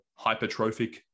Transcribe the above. hypertrophic